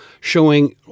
showing